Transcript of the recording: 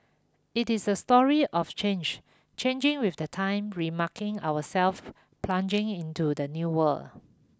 it is a story of change changing with the time remarking ourselves plugging into the new world